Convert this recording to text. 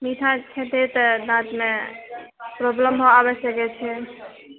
मीठा खेतै तऽ दाँतमे प्रॉब्लम आबऽ सकैत छै